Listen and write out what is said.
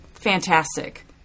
fantastic